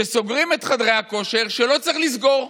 שסוגרים את חדרי הכושר כשלא צריך לסגור,